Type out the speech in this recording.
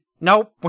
Nope